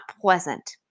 pleasant